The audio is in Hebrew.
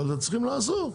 אבל אתם צריכים לעזור.